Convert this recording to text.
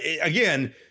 again